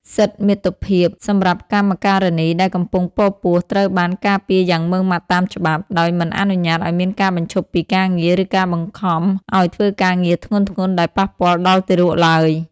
សិទ្ធិមាតុភាពសម្រាប់កម្មការិនីដែលកំពុងពពោះ ត្រូវបានការពារយ៉ាងម៉ឺងម៉ាត់តាមច្បាប់ ដោយមិនអនុញ្ញាតឱ្យមានការបញ្ឈប់ពីការងារ ឬការបង្ខំឱ្យធ្វើការងារធ្ងន់ៗដែលប៉ះពាល់ដល់ទារកឡើយ។